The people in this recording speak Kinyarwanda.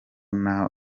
nabo